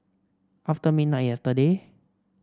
after midnight yesterday